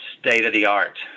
state-of-the-art